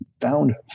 found